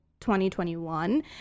2021